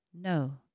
No